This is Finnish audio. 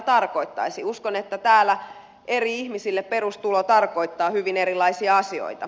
uskon että täällä eri ihmisille perustulo tarkoittaa hyvin erilaisia asioita